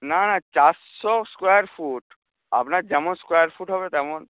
না না চারশো স্কোয়ারফুট আপনার যেমন স্কোয়ারফুট হবে তেমন